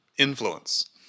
influence